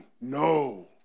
No